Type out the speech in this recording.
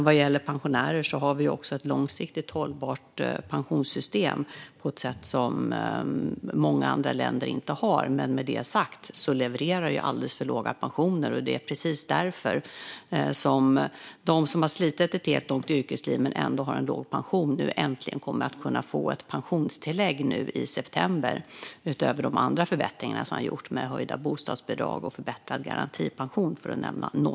Vad gäller pensionärer har vi ett långsiktigt hållbart pensionssystem på ett sätt som många andra länder inte har. Med detta sagt levererar det alldeles för låga pensioner. Det är precis därför som de som har slitit ett helt långt yrkesliv men ändå har en låg pension nu i september äntligen kommer att kunna få ett pensionstillägg utöver de andra förbättringar som har gjorts, som höjda bostadsbidrag och förbättrad garantipension.